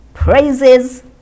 praises